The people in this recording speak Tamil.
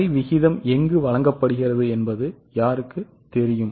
வரி விகிதம் எங்கு வழங்கப்படுகிறது என்பது யாருக்கு தெரியும்